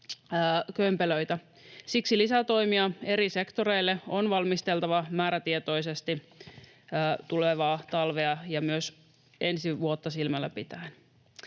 Siksi lisätoimia eri sektoreille on valmisteltava määrätietoisesti tulevaa talvea ja myös ensi vuotta silmällä pitäen.